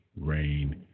Rain